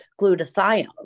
glutathione